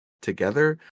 together